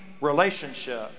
relationship